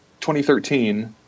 2013